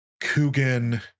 Coogan